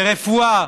ברפואה,